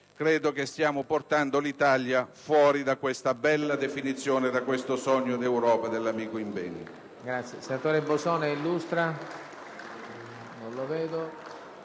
colleghi, stiamo portando l'Italia fuori da questa bella definizione e da questo sogno di Europa dell'amico Imbeni.